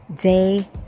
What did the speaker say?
day